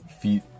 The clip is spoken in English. feet